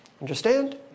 Understand